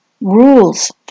rules